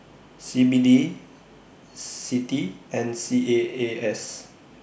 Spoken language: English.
C B D CITI and C A A S